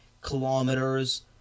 kilometers